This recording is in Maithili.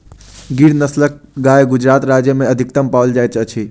गिर नस्लक गाय गुजरात राज्य में अधिकतम पाओल जाइत अछि